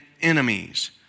enemies